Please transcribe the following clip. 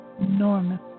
enormous